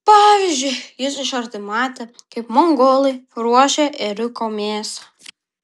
pavyzdžiui jis iš arti matė kaip mongolai ruošia ėriuko mėsą